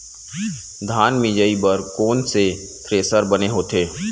धान मिंजई बर कोन से थ्रेसर बने होथे?